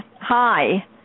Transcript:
Hi